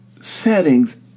settings